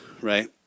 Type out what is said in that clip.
right